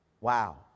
wow